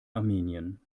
armenien